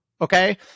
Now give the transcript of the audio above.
Okay